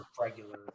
regular